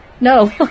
No